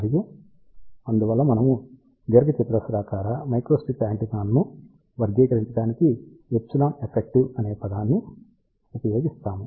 మరియు అందువల్ల మనము దీర్ఘచతురస్రాకార మైక్రోస్ట్రిప్ యాంటెన్నాను వర్గీకరించడానికి ఎప్సిలాన్ ఎఫెక్టివ్ అనే పదాన్ని ఉపయోగిస్తాము